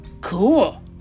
Cool